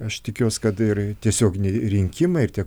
aš tikiuos kad ir tiesioginiai rinkimai ir tie